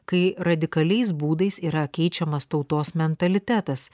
kai radikaliais būdais yra keičiamas tautos mentalitetas